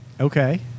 Okay